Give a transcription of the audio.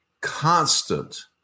constant